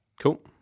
Cool